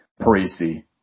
Parisi